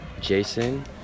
Jason